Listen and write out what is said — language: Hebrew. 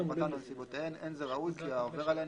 חומרתן או נסיבותיהן אין זה ראוי כי העובר עליהן